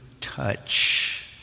touch